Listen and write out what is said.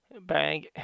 bang